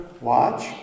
Watch